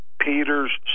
peter's